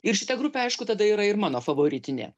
ir šita grupė aišku tada yra ir mano favoritinė